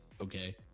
Okay